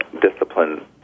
discipline